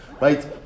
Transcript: right